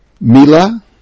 Mila